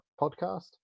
podcast